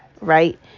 right